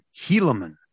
Helaman